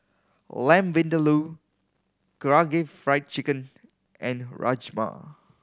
Lamb Vindaloo Karaage Fried Chicken and Rajma